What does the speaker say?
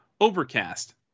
Overcast